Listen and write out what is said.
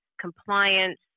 compliance